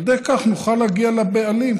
ועל ידי כך נוכל להגיע לבעלים.